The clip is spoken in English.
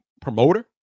promoter